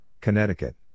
Connecticut